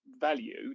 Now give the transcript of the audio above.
value